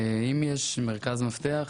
אם יש מרכז מפתח,